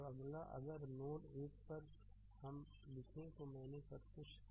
तो अगला अगर नोड 1 पर अब लिखें तो मैंने सब कुछ दिया